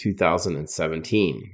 2017